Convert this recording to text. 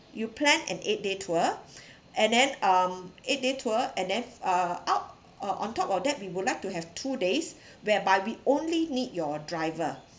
you plan an eight day tour and then um eight day tour and then uh out uh on top of that we would like to have two days whereby we only need your driver